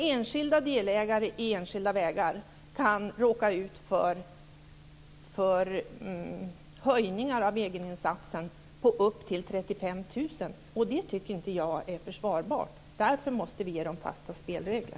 Enskilda delägare i enskilda vägar kan råka ut för höjningar av egeninsatsen på upp till 35 000 kr. Det tycker inte jag är försvarbart. Därför måste vi ge vägföreningarna fasta spelregler.